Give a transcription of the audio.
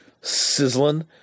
sizzling